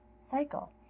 cycle